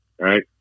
Right